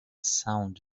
sound